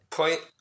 point